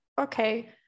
okay